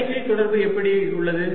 தலைகீழ் தொடர்பு எப்படி உள்ளது